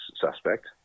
suspect